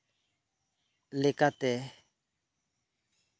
ᱞᱮᱠᱟᱛᱮ